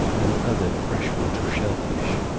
and other freshwater shell-fish,